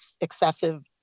excessive